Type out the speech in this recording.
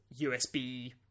usb